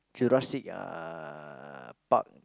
Jurassic uh Park